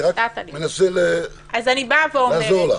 אני רק מנסה לעזור לך.